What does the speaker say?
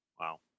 Wow